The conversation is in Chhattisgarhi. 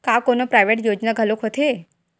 का कोनो प्राइवेट योजना घलोक होथे?